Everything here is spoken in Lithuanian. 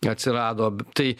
atsirado tai